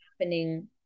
happening